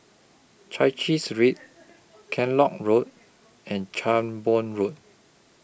Chai Chee Street Kellock Road and Cranborne Road